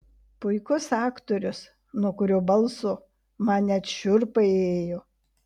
puikus aktorius nuo kurio balso man net šiurpai ėjo